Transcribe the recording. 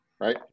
right